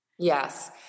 Yes